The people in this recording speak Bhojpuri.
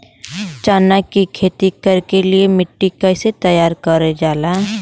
चना की खेती कर के लिए मिट्टी कैसे तैयार करें जाला?